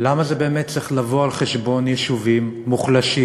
למה זה באמת צריך לבוא על חשבון יישובים מוחלשים,